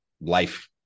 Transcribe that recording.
life